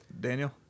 Daniel